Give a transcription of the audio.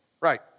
Right